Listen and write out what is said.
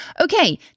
Okay